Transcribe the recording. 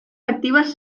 activas